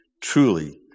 truly